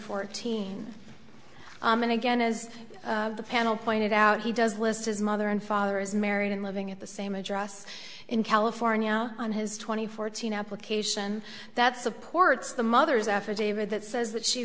fourteen and again as the panel pointed out he does list his mother and father is married and living at the same address in california on his twenty fourteen application that supports the mother's affidavit that says that she